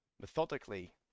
Methodically